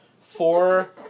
four